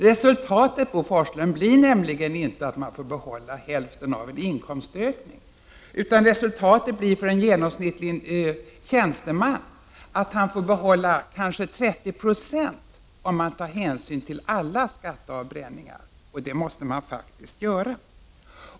Resultatet, Bo Forslund, blir nämligen inte att man får behålla hälften av en inkomstökning, utan resultatet blir för genomsnittstjänstemannen att han får behålla kanske 30 76, om man tar hänsyn till alla skatteavbränningar. Och det måste man faktiskt göra.